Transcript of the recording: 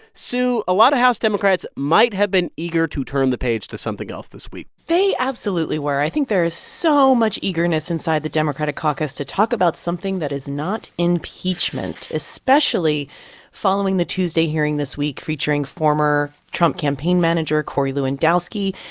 sue, a lot of house democrats might have been eager to turn the page to something else this week they absolutely were. i think there is so much eagerness inside the democratic caucus to talk about something that is not impeachment, especially following the tuesday hearing this week featuring former trump campaign manager corey lewandowski.